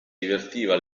divertiva